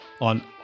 on